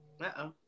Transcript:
Uh-oh